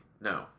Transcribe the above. no